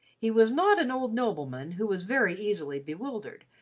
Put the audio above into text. he was not an old nobleman who was very easily bewildered,